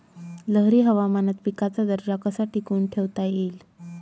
लहरी हवामानात पिकाचा दर्जा कसा टिकवून ठेवता येईल?